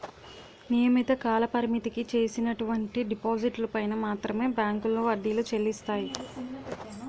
నియమిత కాలపరిమితికి చేసినటువంటి డిపాజిట్లు పైన మాత్రమే బ్యాంకులో వడ్డీలు చెల్లిస్తాయి